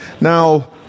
Now